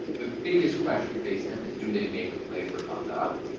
the biggest question facing them is, do they make a play for baghdad?